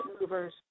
movers